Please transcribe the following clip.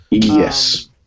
Yes